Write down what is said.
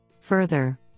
Further